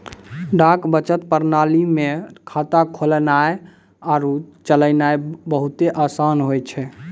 डाक बचत प्रणाली मे खाता खोलनाय आरु चलैनाय बहुते असान होय छै